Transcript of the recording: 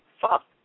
fuck